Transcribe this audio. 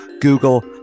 Google